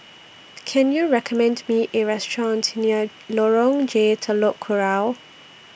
Can YOU recommend Me A Restaurant near Lorong J Telok Kurau